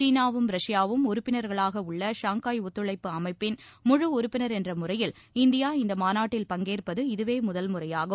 சீனாவும் ரஷ்யாவும் உறுப்பினர்களாக உள்ள ஷாங்காய் ஒத்துழைப்பு அமைப்பிள் முழு உறுப்பினர் என்ற முறையில் இந்தியா இந்த மாநாட்டில் பங்கேற்பது இதுவே முதல்முறையாகும்